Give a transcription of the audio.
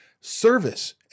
service